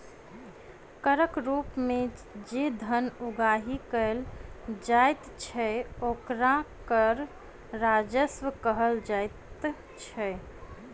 करक रूप मे जे धन उगाही कयल जाइत छै, ओकरा कर राजस्व कहल जाइत छै